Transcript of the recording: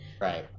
right